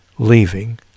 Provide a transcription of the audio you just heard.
leaving